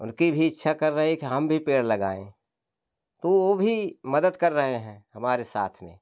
उनकी भी इच्छा कर रही कि हम भी पेड़ लगाए तो वो भी मदद कर रहे हैं हमारे साथ में